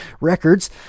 records